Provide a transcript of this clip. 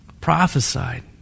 Prophesied